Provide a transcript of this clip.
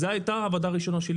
זאת הייתה העבודה הראשונה שלי.